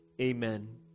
Amen